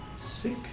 Sick